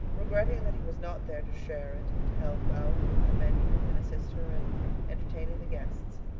regretting that he was not there to share it, to help out with the menu and assist her in entertaining the guests.